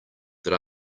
that